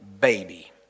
baby